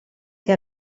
che